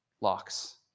locks